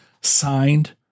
signed